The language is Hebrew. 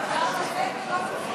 חברים, אנחנו מבקשים